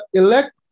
elect